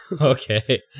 Okay